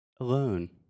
Alone